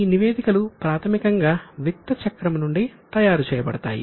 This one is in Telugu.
ఈ నివేదికలు ప్రాథమికంగా విత్త చక్రం నుండి తయారు చేయబడతాయి